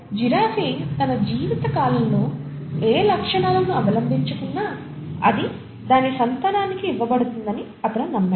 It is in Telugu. జిరాఫీ దాని జీవితకాలంలో ఏ లక్షణాలను అవలంబించుకున్నా అది దాని సంతానానికి ఇవ్వబడుతుందని అతను నమ్మాడు